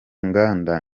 nganda